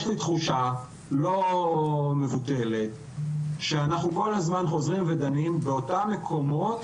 יש לי תחושה לא מבוטלת שאנחנו כל הזמן חוזרים ודנים באותם מקומות